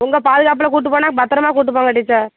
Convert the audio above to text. உங்கள் பாதுகாப்பில் கூட்டு போனால் பத்திரமா கூட்டு போங்க டீச்சர்